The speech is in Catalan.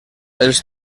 els